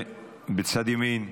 בצד ימין.